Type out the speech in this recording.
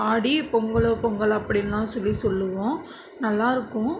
ஆடி பொங்கலோ பொங்கல் அப்படின்னுலா சொல்லி சொல்லுவோம் நல்லா இருக்கும்